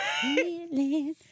feeling